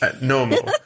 normal